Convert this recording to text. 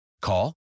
Call